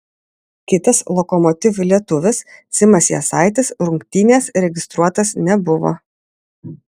kitas lokomotiv lietuvis simas jasaitis rungtynės registruotas nebuvo